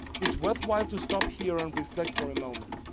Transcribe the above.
it's worthwhile to stop here and reflect for a moment.